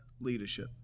leadership